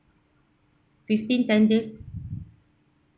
fifteenth ten days